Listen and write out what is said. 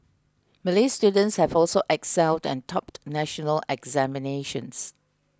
Malay students have also excelled and topped national examinations